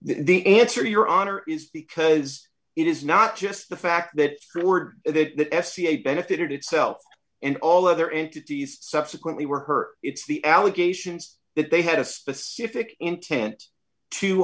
the answer your honor is because it is not just the fact that we were it it that s t a benefited itself and all other entities subsequently were hurt it's the allegations that they had a specific intent to